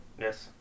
Yes